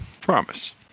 Promise